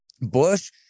Bush